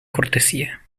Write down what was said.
cortesía